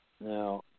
Now